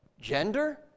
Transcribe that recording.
gender